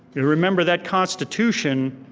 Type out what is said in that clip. and remember that constitution,